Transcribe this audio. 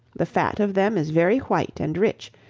the fat of them is very white and rich,